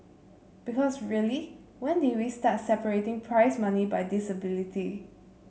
because really when did we start separating prize money by disability